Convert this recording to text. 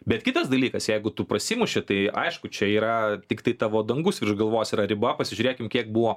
bet kitas dalykas jeigu tu prasimuši tai aišku čia yra tiktai tavo dangus virš galvos yra riba pasižiūrėkim kiek buvo